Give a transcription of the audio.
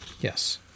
Yes